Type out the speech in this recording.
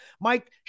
Mike